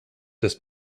das